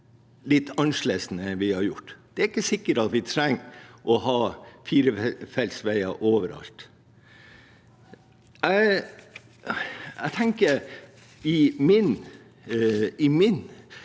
litt annerledes enn vi har gjort. Det er ikke sikkert at vi trenger å ha firefelts veier overalt. I min